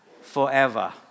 forever